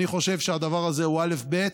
אני חושב שהדבר הזה הוא אלף-בית,